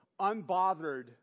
unbothered